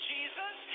Jesus